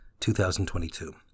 2022